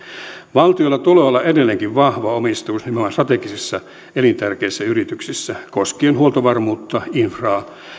valtiolla tulee olla edelleenkin vahva omistajuus nimenomaan strategisissa elintärkeissä yrityksissä koskien huoltovarmuutta infraa